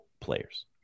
players